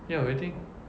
ya I think